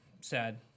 sad